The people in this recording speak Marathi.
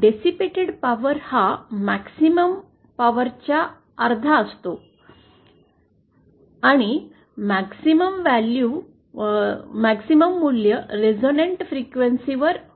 डेसिपेटड पॉवर हा मक्सिमम पॉवर च्या अर्धा असते आणि मक्सिमम मूल्य रेझोनंट फ्रिक्वेन्सीवर होते